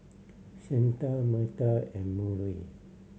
Shanta Metta and Murray